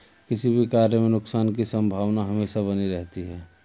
किसी भी कार्य में नुकसान की संभावना हमेशा बनी रहती है